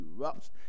erupts